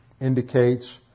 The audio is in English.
indicates